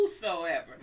whosoever